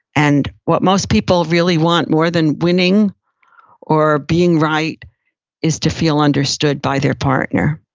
and what most people really want more than winning or being right is to feel understood by their partner.